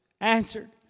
answered